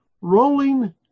rolling